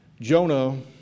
Jonah